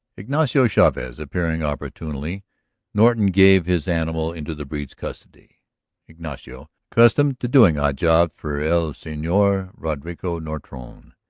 ignacio chavez appearing opportunely norton gave his animal into the breed's custody ignacio, accustomed to doing odd jobs for el senor roderico nortone,